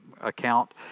account